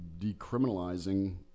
decriminalizing